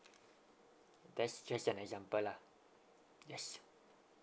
that's just an example lah yes